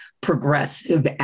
progressive